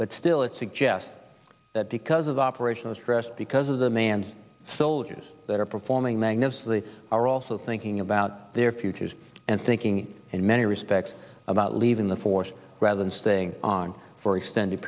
but still it suggests that because of operational stress because of the man's soldiers that are performing magnus the are also thinking about their futures and thinking in many respects about leaving the force rather than staying on for extended